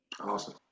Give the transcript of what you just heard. awesome